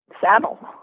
saddle